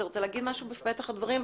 אתה רוצה לומר משהו בפתח הדברים?